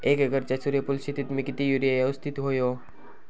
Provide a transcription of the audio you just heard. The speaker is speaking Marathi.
एक एकरच्या सूर्यफुल शेतीत मी किती युरिया यवस्तित व्हयो?